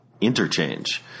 interchange